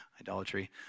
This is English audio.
idolatry